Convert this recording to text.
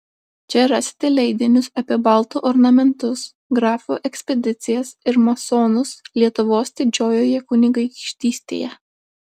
čia rasite leidinius apie baltų ornamentus grafų ekspedicijas ir masonus lietuvos didžiojoje kunigaikštystėje